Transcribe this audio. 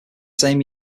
same